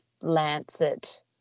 Lancet